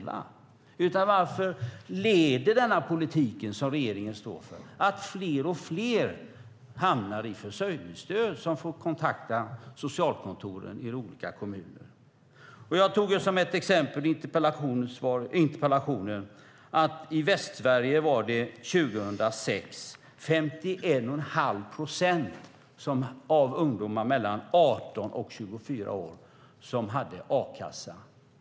Varför leder denna politik som regeringen står för till att fler och fler hamnar i försörjningsstöd och får kontakta socialkontoren i de olika kommunerna? Jag tog som ett exempel i interpellationen att det i Västsverige 2006 var 51,5 procent av ungdomarna mellan 18 och 24 år som hade a-kassa.